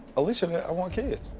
aleshia that i want kids.